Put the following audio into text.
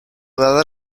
dada